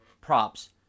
props